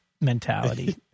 mentality